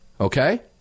Okay